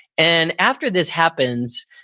and after this happens,